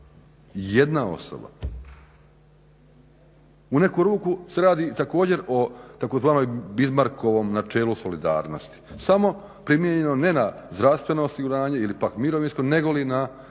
Jedna osoba! U neku ruku se radi također o tzv. Bismarckovom načelu solidarnosti samo primijenjeno ne na zdravstveno osiguranje ili pak mirovinsko negoli na